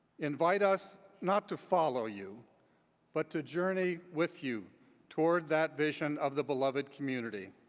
invite us not to follow you but to journey with you toward that vision of the beloved community.